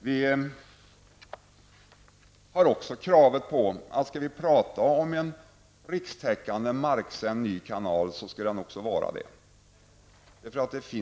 Vi kräver också att om man skall tala om en rikstäckande marksändande kanal skall det också vara det.